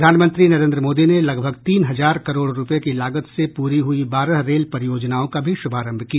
प्रधानमंत्री नरेन्द्र मोदी ने लगभग तीन हजार करोड़ रुपये की लागत से पूरी हुई बारह रेल परियोजनाओं का भी शुभारंभ किया